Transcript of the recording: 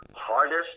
hardest